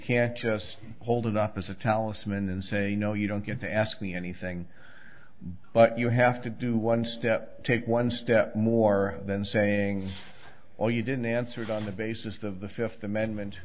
can just hold it up as a talisman and say no you don't get to ask me anything but you have to do one step take one step more than saying well you didn't answer it on the basis of the fifth amendment